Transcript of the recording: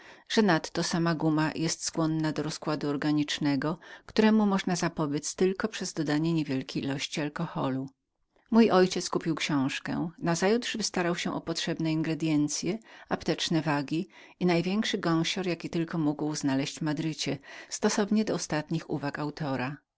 że nadto sama gumma była skłonną do rozkładu organicznego któremu nie można było zapobiedz jak tylko dodając pewną część alkoholu mój ojciec kupił książkę nazajutrz wystarał się o potrzebne ingredyencye apteczne wagi i największy gąsior jaki tylko mógł znaleźć w madrycie stosownie do ostatnich uwag autora